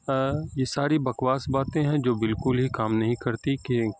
یہ ساری بکواس باتیں ہیں جو باکل ہی کام نہیں کرتی کہ